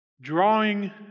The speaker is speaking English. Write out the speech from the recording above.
Drawing